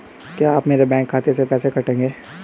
क्या आप मेरे बैंक खाते से पैसे काटेंगे?